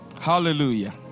hallelujah